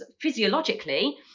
physiologically